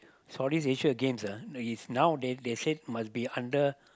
Southeast-Asia against ah no it's now they they said must be under